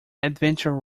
adventure